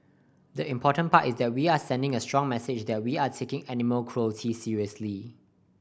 the important part is that we are sending a strong message that we are taking animal cruelty seriously